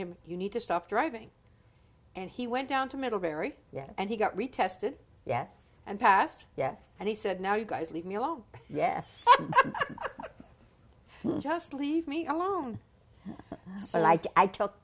him you need to stop driving and he went down to middlebury yes and he got retested yes and passed yes and he said now you guys leave me alone yes just leave me alone like i to